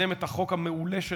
לקדם את החוק המעולה שלו,